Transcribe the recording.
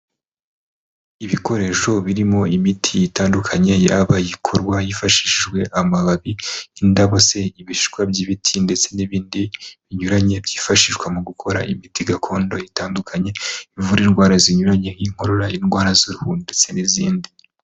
Ibikoresho birimo imiti itandukanye, yaba ikorwa hifashishijwe amababi, indabo se, ibishishwa by'ibiti, ndetse n'ibindi binyuranye, byifashishwa mu gukora imiti gakondo itandukanye, ivura indwara zinyuranye, nk'inkorora, indwara z'uruhu, ndetse n'izindi.